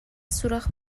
سوراخ